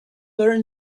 learn